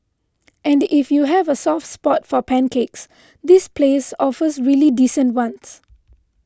and if you have a soft spot for pancakes this place offers really decent ones